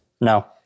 No